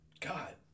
God